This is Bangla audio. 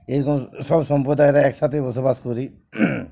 এরকম সব সম্প্রদায়ের একসাথে বসবাস করি